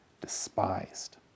despised